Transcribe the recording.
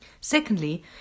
Secondly